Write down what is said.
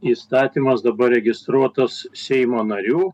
įstatymas dabar registruotas seimo narių